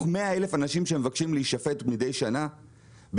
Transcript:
100,000 אנשים שמבקשים להישפט מדי שנה,